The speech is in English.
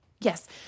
Yes